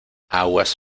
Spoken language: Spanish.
aguas